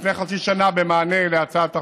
לפני חצי שנה, במענה על הצעת החוק,